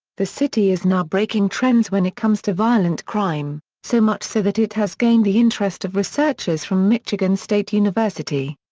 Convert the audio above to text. the city is now breaking trends when it comes to violent crime, so much so that it has gained the interest of researchers from michigan state university.